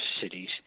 cities